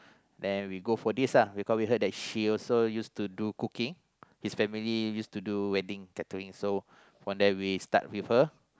then we go for this lah because we heard that she also used to do cooking his family used to do wedding catering so on that we start prefer